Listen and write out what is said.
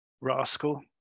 Rascal